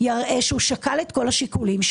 יראה ששקל את כל השיקולים,